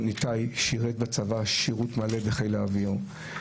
ניתאי שירת בצבא שירות מלא בחיל האוויר.